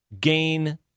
gain